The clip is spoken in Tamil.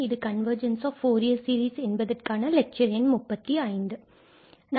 இது கன்வர்ஜென்ஸ் ஆஃப் ஃபூரியர் சீரிஸ் என்பதற்கான லெக்சர் எண் 35 ஆகும்